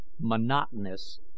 monotonous